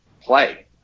play